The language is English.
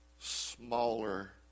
smaller